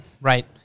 right